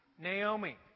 Naomi